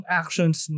actions